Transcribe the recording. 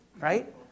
Right